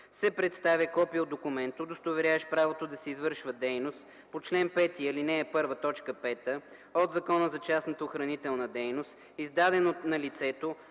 се представя копие от документ, удостоверяващ правото да се извършва дейност по чл. 5, ал. 1, т. 5 от Закона за частната охранителна дейност, издаден на лицето